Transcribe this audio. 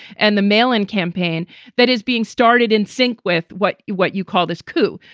and the meilin campaign that is being started in sync with what you what you call this coup.